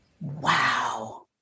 Wow